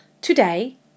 Today